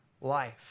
life